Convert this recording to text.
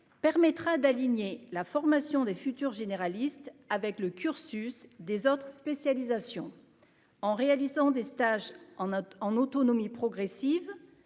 permettra d'aligner la formation des futurs généralistes avec le cursus des autres spécialisations en réalisant des stages en en autonomie progressive